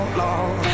long